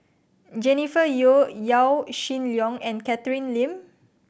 Jennifer Yeo Yaw Shin Leong and Catherine Lim